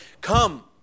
Come